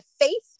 faith